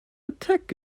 attack